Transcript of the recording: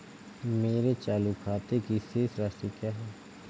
मेरे चालू खाते की शेष राशि क्या है?